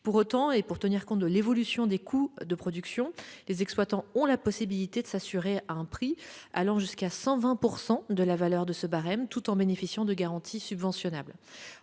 Pour autant, et pour tenir compte de l'évolution des coûts de production, les exploitants ont la possibilité de s'assurer à un prix allant jusqu'à 120 % de la valeur de ce barème tout en bénéficiant de garanties subventionnables.